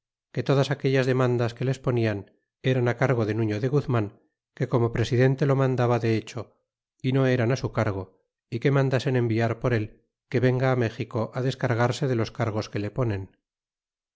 que todas aquellas demandas que les ponían eran cargo de nufío de guzman que como presidente lo mandaba de hecho y no eran á su cargo y que mandasen enviar por él que venga á méxico descargarse de los cargos que le ponen